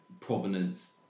provenance